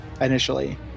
initially